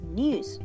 news